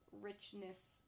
richness